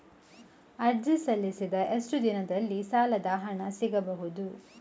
ಅರ್ಜಿ ಸಲ್ಲಿಸಿದ ಎಷ್ಟು ದಿನದಲ್ಲಿ ಸಾಲದ ಹಣ ಸಿಗಬಹುದು?